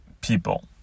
people